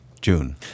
June